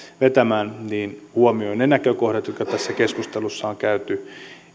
vetämään niin hän huomioi ne näkökohdat jotka tässä keskustelussa on käyty